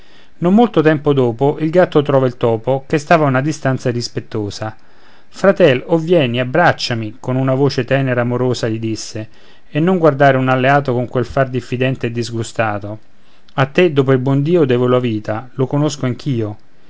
non molto tempo dopo il gatto trova il topo che stava a una distanza rispettosa fratel o vieni abbracciami con una voce tenera e amorosa gli disse e non guardare un alleato con quel far diffidente e disgustato a te dopo il buon dio devo la vita lo conosco anch'io